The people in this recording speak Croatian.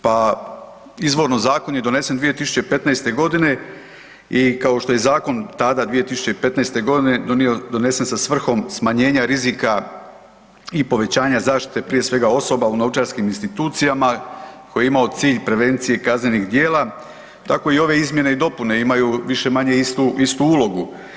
Pa izvorno zakon je donesen 2015.g. i kao što je zakon tada 2015.g. donesen sa svrhom smanjenja rizika i povećanja zaštite prije svega osoba u novčarskim institucijama koji je imao cilj prevencije kaznenih djela, tako i ove izmjene i dopune imaju više-manje istu ulogu.